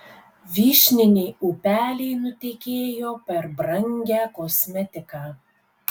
vyšniniai upeliai nutekėjo per brangią kosmetiką